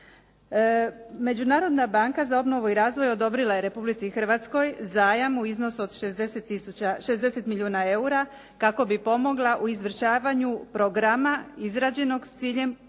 Međunarodna banka za obnovu i razvoj odobrila je Republici Hrvatskoj zajam u iznosu od 60 milijuna eura kako bi pomogla u izvršavanju programa izrađenog s ciljem